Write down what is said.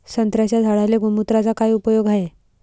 संत्र्याच्या झाडांले गोमूत्राचा काय उपयोग हाये?